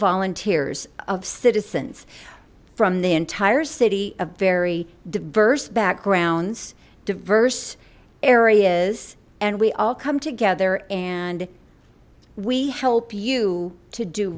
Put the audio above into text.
volunteers of citizens from the entire city of very diverse backgrounds diverse areas and we all come together and we help you to do